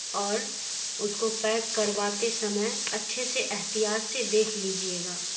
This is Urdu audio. اور اس کو پیک کرواتے سمئے اچھے سے احتیاط سے دیکھ لیجیے گا